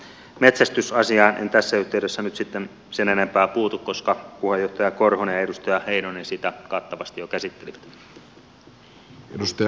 metsästysasiaan en tässä yhteydessä nyt sitten sen enempää puutu koska puheenjohtaja korhonen ja edustaja heinonen sitä kattavasti jo käsittelivät